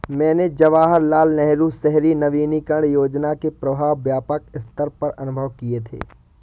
मैंने जवाहरलाल नेहरू शहरी नवीनकरण योजना के प्रभाव व्यापक सत्तर पर अनुभव किये थे